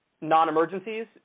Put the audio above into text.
non-emergencies